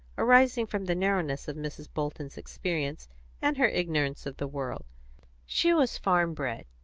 arising from the narrowness of mrs. bolton's experience and her ignorance of the world she was farm-bred,